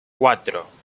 cuatro